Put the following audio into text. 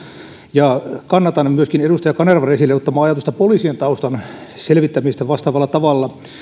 ja kannatan myöskin edustaja kanervan esille ottamaa ajatusta poliisien taustan selvittämisestä vastaavalla tavalla